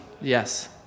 Yes